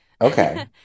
Okay